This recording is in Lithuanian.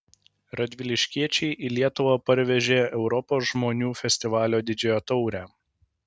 radviliškiečiai į lietuvą parvežė europos žmonių festivalio didžiąją taurę